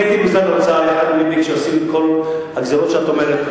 אני הייתי במשרד האוצר יחד עם ביבי כשעשינו את כל הגזירות שאת מזכירה,